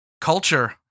culture